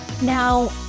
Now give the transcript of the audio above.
Now